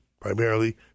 primarily